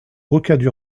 rocade